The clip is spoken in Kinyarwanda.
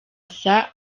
masa